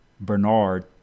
Bernard